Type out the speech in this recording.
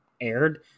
aired